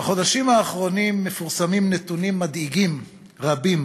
בחודשים האחרונים מתפרסמים נתונים מדאיגים רבים